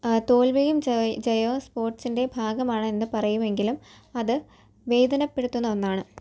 തോൽവിയും ജയവും സ്പോർട്സിൻ്റെ ഭാഗമാണെന്ന് പറയുമെങ്കിലും അത് വേദനപ്പെടുത്തുന്ന ഒന്നാണ്